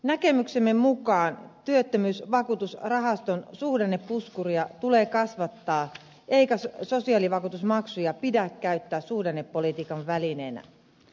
näkemyksemme mukaan työttömyysvakuutusrahaston suhdannepuskuria tulee kasvattaa eikä sosiaalivakuutusmaksuja pidä käyttää suhdannepolitiikan välineenä